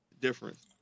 difference